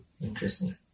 interesting